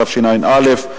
התשע"א 2011,